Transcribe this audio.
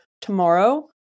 tomorrow